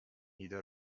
ایده